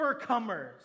overcomers